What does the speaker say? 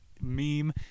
Meme